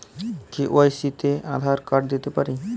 KYC তে Aadhaar card দিতে পারি কি?